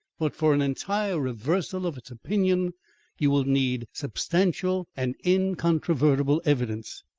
but for an entire reversal of its opinion you will need substantial and incontrovertible evidence.